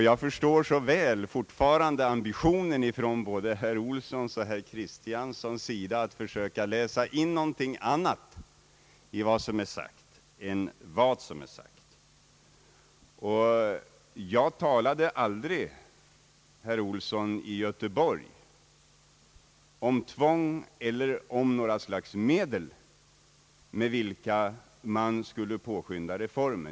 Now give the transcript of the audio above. Jag förstår så väl både herr Olssons och herr Kristianssons ambition att försöka läsa in någonting annat i vad som är sagt än vad som är sagt. Jag talade aldrig, herr Olsson, i Göteborg om tvång eller om några medel med vilka reformen skulle påskyndas.